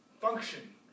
function